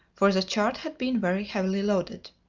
for the cart had been very heavily loaded.